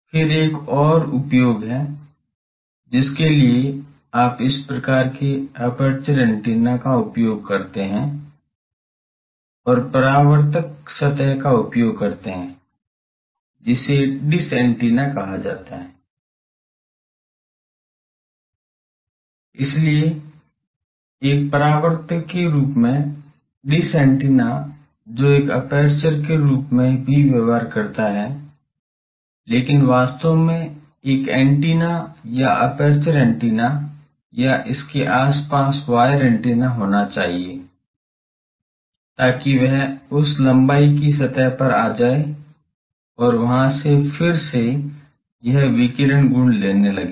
फिर एक और उपयोग है जिसके लिए आप इस प्रकार के एपर्चर एंटीना का उपयोग करते हैं और परावर्तक सतह का उपयोग करते हैं जिसे डिश एंटीना कहा जाता है इसलिए एक परावर्तक के रूप में डिश एंटीना जो एक एपर्चर के रूप में भी व्यवहार करता है लेकिन वास्तव में एक एंटीना या एपर्चर एंटीना या इसके आस पास वायर एंटीना होना चाहिए ताकि वह उस लम्बाई की सतह पर आ जाए और वहाँ से फिर से यह विकिरण गुण लेने लगे